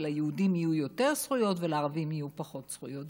ליהודים יהיו יותר זכויות ולערבים יהיו פחות זכויות.